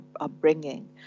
upbringing